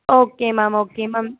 okay ma'am okay ma'am